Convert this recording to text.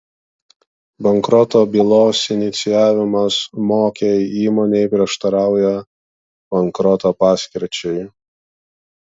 bankroto bylos inicijavimas mokiai įmonei prieštarauja bankroto paskirčiai